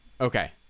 Okay